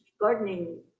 gardening